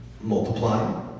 multiply